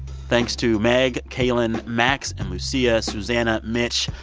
thanks to meg, kaylen, max and lucia, susanna, mitch,